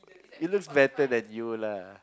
it looks better than you lah